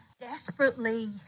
desperately